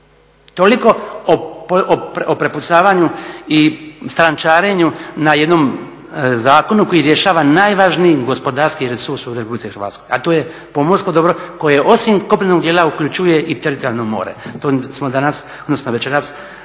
Toliko o prepucavanju i strančarenju na jednom zakonu koji rješava najvažniji gospodarski resurs u RH, a to je pomorsko dobro koje osim kopnenog dijela uključuje i teritorijalno more. To smo danas, odnosno večeras